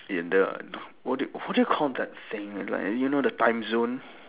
in the what do what do you call that thing like you know the timezone